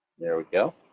there we go.